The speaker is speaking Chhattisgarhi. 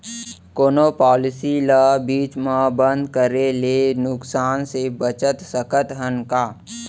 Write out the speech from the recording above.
कोनो पॉलिसी ला बीच मा बंद करे ले नुकसान से बचत सकत हन का?